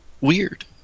Weird